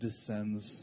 descends